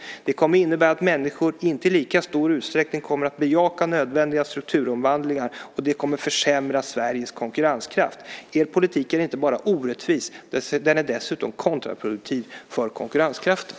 Det kommer att innebära att människor inte i lika stor utsträckning kommer att bejaka nödvändiga strukturomvandlingar. Och det kommer att försämra Sveriges konkurrenskraft. Er politik är inte bara orättvis. Den är dessutom kontraproduktiv för konkurrenskraften.